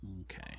Okay